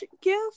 gift